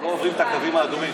אנחנו לא עוברים את הקווים האדומים.